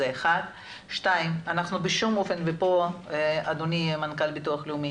אנחנו בשום אופן ופה אדוני המנכ"ל הביטוח הלאומי